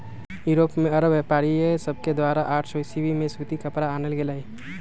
Europe में अरब व्यापारिय सभके द्वारा आठ सौ ईसवी में सूती कपरा आनल गेलइ